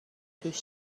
توش